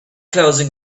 closing